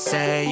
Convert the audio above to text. Say